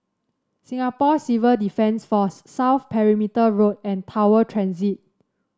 Singapore Civil Defence Force South Perimeter Road and Tower Transit